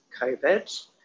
covid